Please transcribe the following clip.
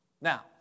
Now